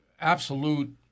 absolute